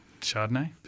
Chardonnay